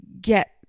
get